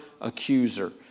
accuser